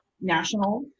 national